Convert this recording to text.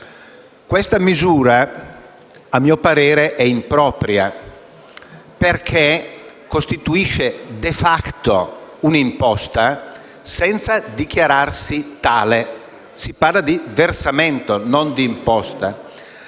Questa misura - a mio parere - è impropria, perché costituisce *de facto* un'imposta senza dichiararsi tale: si parla di versamento, non d'imposta.